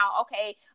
okay